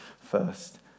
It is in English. first